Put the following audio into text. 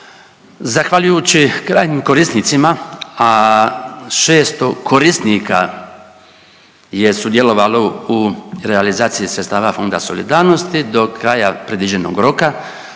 zahvaljujući krajnjim korisnicima, a 600 korisnika je sudjelovalo u realizaciji sredstava Fonda solidarnosti do kraja predviđenog roka